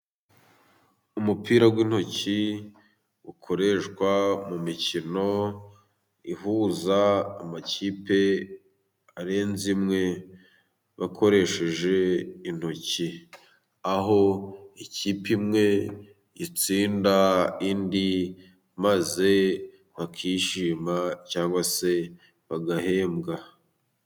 Umupira w'intoki ukoreshwa mu mikino ihuza amakipe arenze imwe, bakoresheje intoki, aho ikipe imwe itsinda indi, maze bakishima cyangwa se bagahembwa.